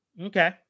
Okay